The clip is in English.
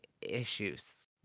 issues